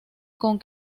con